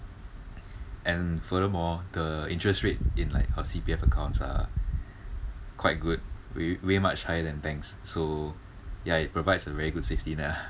and furthermore the interest rate in like our C_P_F accounts are quite good w~ way much higher than banks so yeah it provides a very good safety net lah